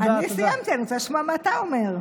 תודה, תודה.